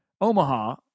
Omaha